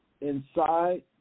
inside